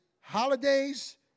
holidays